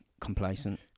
complacent